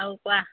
আৰু কোৱা